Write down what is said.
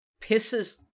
pisses